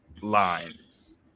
lines